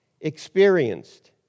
experienced